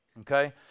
Okay